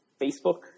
Facebook